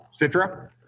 Citra